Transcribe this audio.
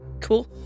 Cool